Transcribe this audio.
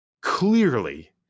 clearly